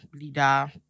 leader